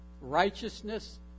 Righteousness